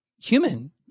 human